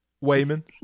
Wayman